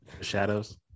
Shadows